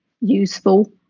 useful